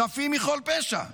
חפים מכל פשע,